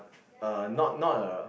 a not not a